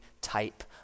type